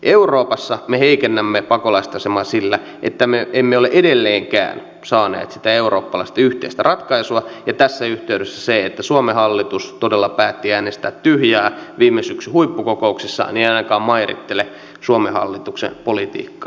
euroopassa me heikennämme pakolaisten asemaa sillä että me emme ole edelleenkään saaneet sitä eurooppalaista yhteistä ratkaisua ja tässä yhteydessä se että suomen hallitus todella päätti äänestää tyhjää viime syksyn huippukokouksessa ei aikakaan mairittele suomen hallituksen politiikkaa